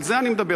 על זה אני מדבר.